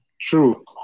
True